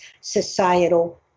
societal